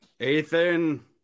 Ethan